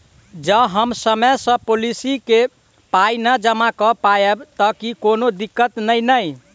जँ हम समय सअ पोलिसी केँ पाई नै जमा कऽ पायब तऽ की कोनो दिक्कत नै नै?